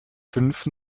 fünf